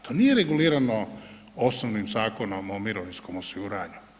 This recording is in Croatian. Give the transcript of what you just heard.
To nije regulirano osnovnim Zakonom o mirovinskom osiguranju.